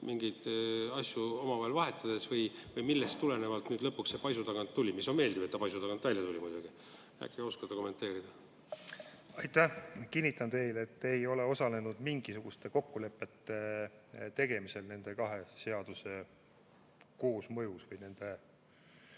mingeid asju omavahel vahetades? Või millest tulenevalt nüüd lõpuks see paisu tagant tuli? See on muidugi meeldiv, et ta paisu tagant välja tuli. Äkki oskate kommenteerida? Aitäh! Kinnitan teile, et ma ei ole osalenud mingisuguste kokkulepete tegemisel nende kahe seaduse koosmõjuga seoses või nende